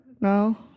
No